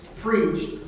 preached